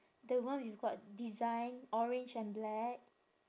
the one with got design orange and black